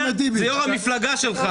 זה יו"ר המפלגה שלך.